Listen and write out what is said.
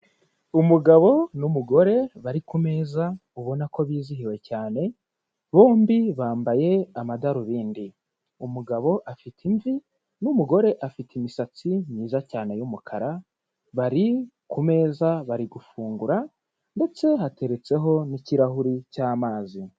Umugabo n'umugore bari ku meza ubona ko bizihiwe cyane, bombi bambaye amadarubindi. Umugabo afite imvi n'umugore afite imisatsi myiza cyane y'umukara, bari ku meza bari gufungura ndetse hateretseho n'ikirahuri cy'amazi.